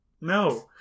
No